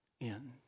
end